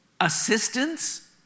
Assistance